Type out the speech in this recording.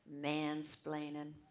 mansplaining